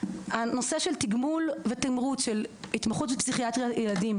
הנושא של תגמול ותמרוץ של התמחות בפסיכיאטריית ילדים,